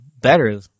better